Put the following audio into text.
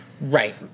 Right